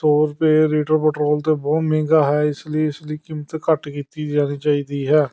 ਸੌ ਰੁਪਏ litre petrol ਤਾਂ ਬਹੁਤ ਮਹਿੰਗਾ ਹੈ ਇਸ ਲਈ ਇਸਦੀ ਕੀਮਤ ਘੱਟ ਕੀਤੀ ਜਾਣੀ ਚਾਹੀਦੀ ਹੈ